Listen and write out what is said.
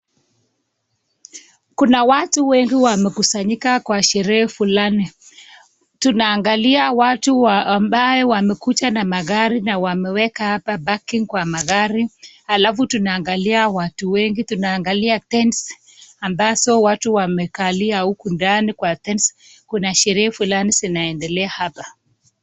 Kuna watu wengi wamekusanyika kwa sherehe fulan. Tunaangalia watu ambaye wamekuja na magari na wameweka hapa parking kwa magari alafu tunaangalia watu wengi tunanagalia tents ambazo watu wamekalia. Huku kwa tents kuna sherehe fulani zinaendelea hapa.